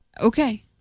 Okay